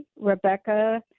Rebecca